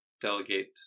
delegate